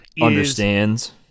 Understands